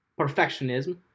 perfectionism